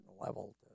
level